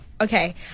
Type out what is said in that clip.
Okay